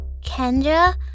Kendra